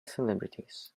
celebrities